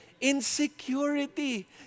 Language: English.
Insecurity